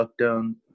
lockdown